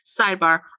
Sidebar